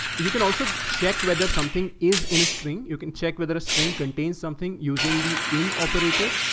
you can also check whether something is in a string. you can check whether a string contains something using the in operator